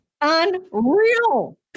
Unreal